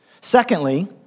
Secondly